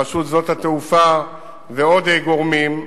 רשות שדות התעופה ועוד גורמים,